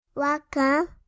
Welcome